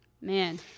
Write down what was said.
Man